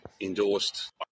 endorsed